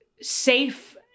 safe